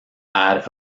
add